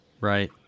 Right